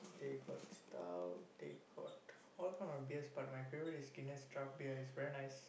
they got stout they got all kind of beers but my favourite is Guinness draft beer it's very nice